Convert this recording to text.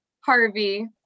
Harvey